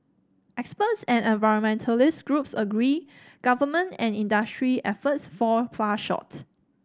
experts and environmentalist groups agree government and industry efforts fall far short